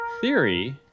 theory